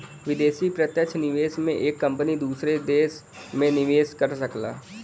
विदेशी प्रत्यक्ष निवेश में एक कंपनी दूसर देस में निवेस कर सकला